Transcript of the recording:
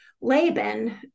Laban